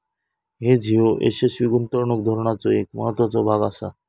hedge ह्यो यशस्वी गुंतवणूक धोरणाचो एक महत्त्वाचो भाग आसा